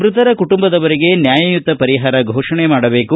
ಮೃತರ ಕುಟುಂಬದವರಿಗೆ ನ್ನಾಯಯುತ ಪರಿಹಾರ ಫೋಷಣೆ ಮಾಡಬೇಕು